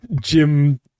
Jim